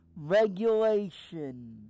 regulation